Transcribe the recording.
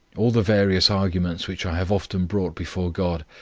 all the various arguments which i have often brought before god,